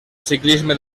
ciclisme